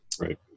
Right